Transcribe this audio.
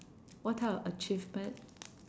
what type of achievement